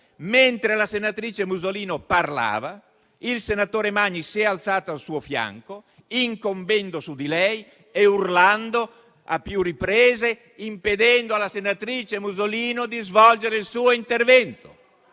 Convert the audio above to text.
Mentre la senatrice Musolino parlava, il senatore Magni si è alzato al suo fianco, incombendo su di lei e urlando a più riprese, impedendole di svolgere il suo intervento.